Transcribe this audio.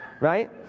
right